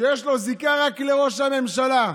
שיש לו זיקה רק לראש הממשלה.